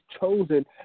chosen